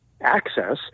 access